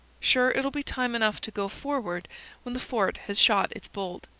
sure, it'll be time enough to go forward when the fort has shot its bolt.